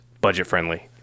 budget-friendly